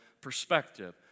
perspective